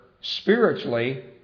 spiritually